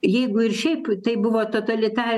jeigu ir šiaip tai buvo totalita